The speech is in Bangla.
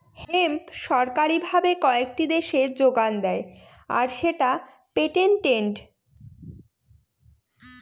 হেম্প সরকারি ভাবে কয়েকটি দেশে যোগান দেয় আর সেটা পেটেন্টেড